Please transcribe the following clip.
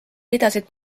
pidasid